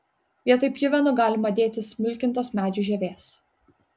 vietoj pjuvenų galima dėti smulkintos medžių žievės